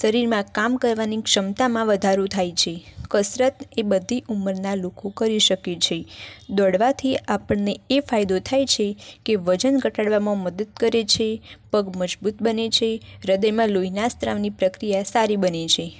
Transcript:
શરીરમાં કામ કરવાની ક્ષમતામાં વધારો થાય છે કસરત એ બધી ઉમરના લોકો કરી શકે છે દોડવાથી આપણને એ ફાયદો થાય છે કે વજન ઘટાડવામાં મદદ કરે છે પગ મજબૂત બને છે હૃદયમાં લોહીના સ્રાવની પ્રક્રિયા સારી બને છે